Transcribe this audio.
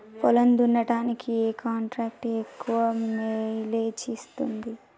పొలం దున్నడానికి ఏ ట్రాక్టర్ ఎక్కువ మైలేజ్ ఇస్తుంది?